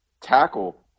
tackle